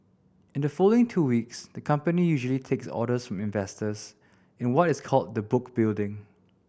in the following two weeks the company usually takes orders from investors in what is called the book building